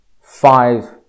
five